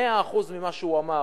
100% מה שהוא אמר.